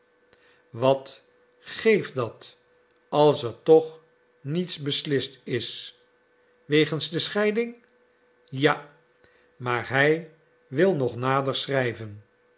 wat geeft dat als er toch niets beslist is wegens de scheiding ja maar hij wil nog nader schrijven